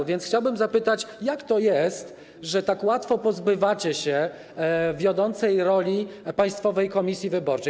A więc chciałbym zapytać: Jak to jest, że tak łatwo pozbywacie się wiodącej roli Państwowej Komisji Wyborczej?